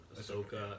Ahsoka